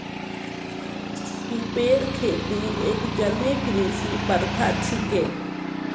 सिपेर खेती एक जलीय कृषि प्रथा छिके